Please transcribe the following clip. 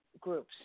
groups